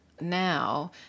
now